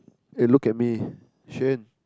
eh look at me Xuan